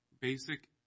basic